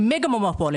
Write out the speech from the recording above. הן מגה מונופולים.